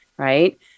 right